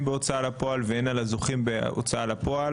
בהוצאה לפועל והן על הזוכים בהוצאה לפועל.